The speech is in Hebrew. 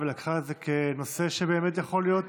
ולקחה את זה כנושא שבאמת יכול להיות,